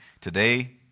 Today